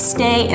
Stay